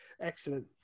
Excellent